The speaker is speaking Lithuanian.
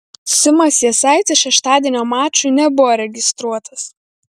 simas jasaitis šeštadienio mačui nebuvo registruotas